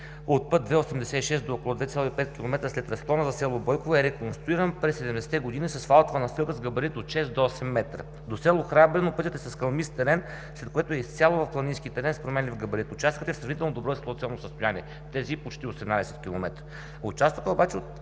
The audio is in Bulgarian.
от път ІІ-86 до около 2,5 км след разклона за село Бойково е реконструиран през 70-те години с асфалтова настилка с габарит от шест до осем метра. До село Храбрино пътят е с хълмист терен, след което е изцяло в планински терен с променлив габарит. Участъкът е в сравнително добро експлоатационно състояние тези почти 18 км. Участъкът обаче от